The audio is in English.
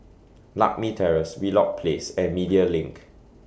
Lakme Terrace Wheelock Place and Media LINK